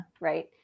Right